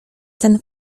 ten